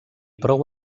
prou